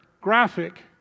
graphic